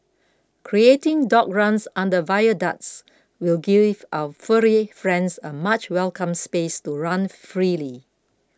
creating dog runs under viaducts will give our furry friends a much welcome space to run freely